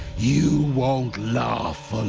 you won't laugh